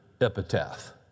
epitaph